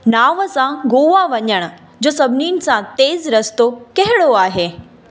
नाव सां गोआ वञण जो सभिनीनि सां तेज़ रस्तो कहिड़ो आहे